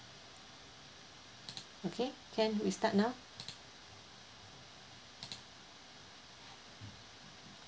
okay can we start now